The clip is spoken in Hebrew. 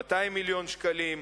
200 מיליון שקלים.